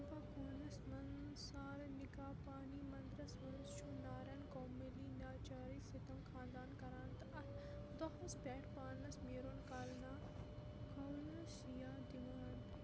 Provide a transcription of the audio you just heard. کُمبَہ کوٗنَس منٛز سَارنِگَاپانی منٛدرس منٛز چھُ نارن کوملی ناچارٕج سِتم خانٛدان کَران تہٕ اَتھ دۄہس پٮ۪ٹھ پانس میٖرُن کلنا کولا شیا دِوان